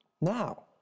Now